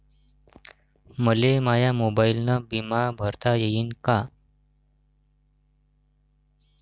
मले माया मोबाईलनं बिमा भरता येईन का?